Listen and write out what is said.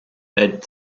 head